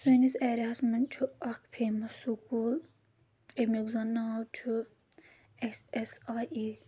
سٲنِس اَیٚریا ہَس منٛز چھُ اَکھ فیمَس سُکوٗل ییٚمِیُک زَن ناو چھُ ایٚس ایٚس آیۍ اِی